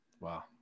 wow